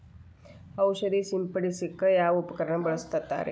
ಔಷಧಿ ಸಿಂಪಡಿಸಕ ಯಾವ ಉಪಕರಣ ಬಳಸುತ್ತಾರಿ?